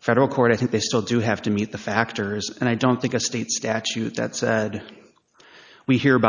federal court i think they still do have to meet the factors and i don't think a state statute that said we he